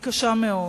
היא קשה מאוד,